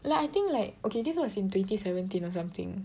like I think like okay this was in twenty seventeen or something